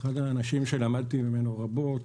אחד האנשים שלמדתי ממנו רבות,